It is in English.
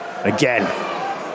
again